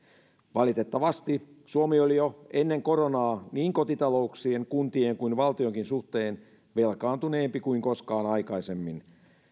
valitettavasti suomi oli jo ennen koronaa niin kotitalouksien kuntien kuin valtionkin suhteen velkaantuneempi kuin koskaan aikaisemmin